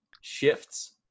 shifts